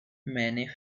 mane